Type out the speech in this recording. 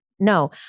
No